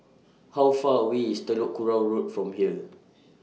How Far away IS Telok Kurau Road from here